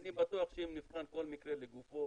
אוקיי, אני בטוח שאם נבחן כל מקרה לגופו